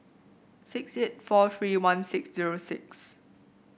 six eight four three one six zero six